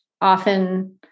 often